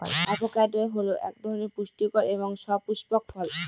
avocado হল এক ধরনের সুপুষ্টিকর এবং সপুস্পক ফল